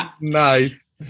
Nice